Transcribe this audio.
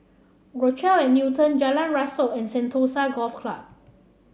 Rochelle at Newton Jalan Rasok and Sentosa Golf Club